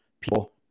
people